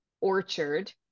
orchard